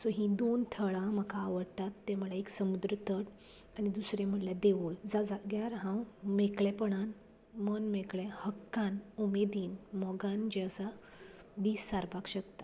so ही दोन थळां म्हाका आवडटात ते म्हण एक समुद्र तट आनी दुसरें म्हणल्यार देवूळ ज जाग्यार हांव मेकळेपणान मन मेकळे हक्कान उमेदीन मोगान जे आसा दीस सारपाक शकता